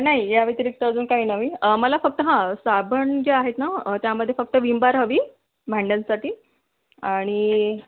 नाही याव्यतिरिक्त अजून काही नाही मला फक्त हां साबण जे आहेत ना त्यामध्ये फक्त विम बार हवी भांडयांसाठी आणि